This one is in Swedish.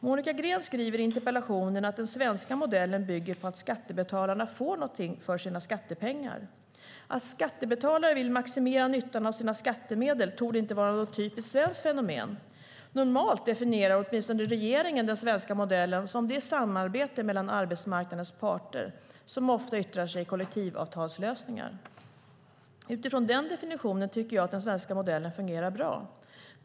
Monica Green skriver i interpellationen att den svenska modellen bygger på att skattebetalarna får någonting för sina skattepengar. Att skattebetalare vill maximera nyttan av sina skattemedel torde inte vara något typiskt svenskt fenomen. Normalt definierar åtminstone regeringen den svenska modellen som det samarbete mellan arbetsmarknadens parter som ofta yttrar sig i kollektivavtalslösningar. Utifrån den definitionen tycker jag att den svenska modellen fungerar bra.